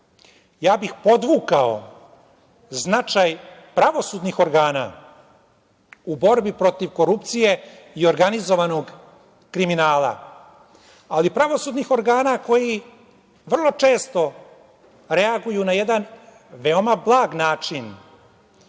ja bih podvukao značaj pravosudnih organa u borbi protiv korupcije i organizovanog kriminala, ali i pravosudnih organa koji vrlo često reaguju na jedan veoma blag način,